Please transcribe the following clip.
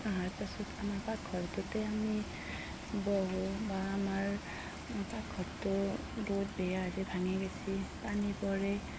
আহাৰ পাছত আমাৰ পাকঘৰটোতে আমি বহোঁ বা আমাৰ পাকঘৰটো বহুত বেয়া হৈছে ভাঙি গৈছি পানী পৰে